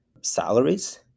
salaries